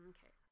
Okay